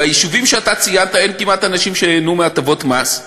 ביישובים שאתה ציינת אין כמעט אנשים שייהנו מהטבות מס.